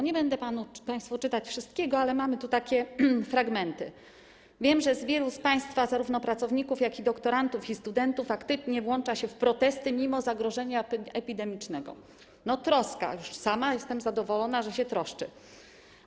Nie będę państwu czytać wszystkiego, ale mamy tu takie fragmenty: Wiem, że wielu z państwa, zarówno pracowników, doktorantów, jak i studentów, aktywnie włącza się w protesty mimo zagrożenia epidemicznego - troska, sama jestem zadowolona, że się troszczy.